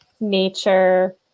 nature